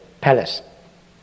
palace